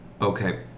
Okay